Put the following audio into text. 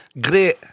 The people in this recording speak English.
Great